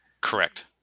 Correct